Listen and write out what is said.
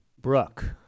Brooke